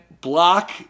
block